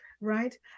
right